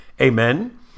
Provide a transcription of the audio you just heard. Amen